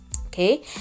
okay